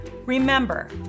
Remember